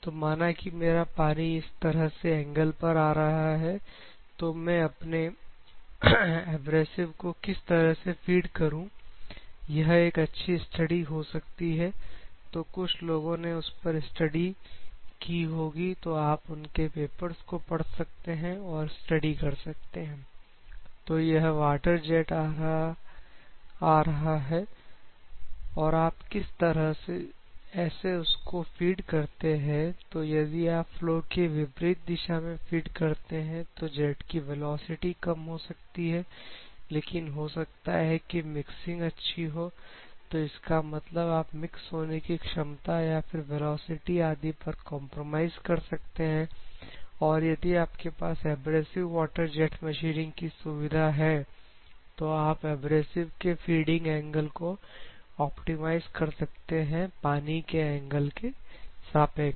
तो माना कि मेरा पानी इस तरह से एंगल पर आ रहा है तो मैं अपने एब्रेसिव को किस तरह से फीड करूं यह एक अच्छी स्टडी हो सकती है तो कुछ लोगों ने उस पर स्टडी की होगी तो आप उनके पेपर्स को पढ़ सकते हैं और स्टडी कर सकते हैं तो यह वाटर जेट आ रहा है और आप किस तरह से ऐसे उसको फीड करते हैं तो यदि आप फ्लो के विपरीत दिशा में फीड करते हैं तो जेट की वेलोसिटी कम हो सकती है लेकिन हो सकता है कि मिक्सिंग अच्छी हो तो इसका मतलब आप मिक्स होने की क्षमता या फिर वेलोसिटी आदि पर कंप्रोमाइज कर सकते हैं तो यदि आपके पास एब्रेसिव वाटर जेट मशीनिंग की सुविधा है तो आप एब्रेसिव के फीडिंग एंगल को ऑप्टिमाइज कर सकते हैं पानी के एंगल के सापेक्ष